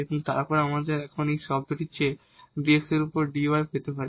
এবং তারপর আমরা এখন এই শব্দটি থেকে dx এর উপর এই dy পেতে পারি